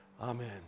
Amen